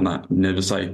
na ne visai